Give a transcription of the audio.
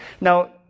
Now